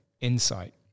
insight